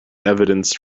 evidence